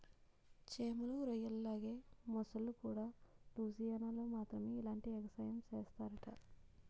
చేమలు, రొయ్యల్లాగే మొసల్లుకూడా లూసియానాలో మాత్రమే ఇలాంటి ఎగసాయం సేస్తరట